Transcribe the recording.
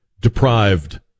deprived